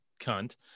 cunt